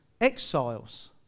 exiles